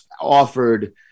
offered